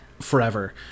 forever